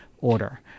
order